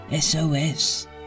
SOS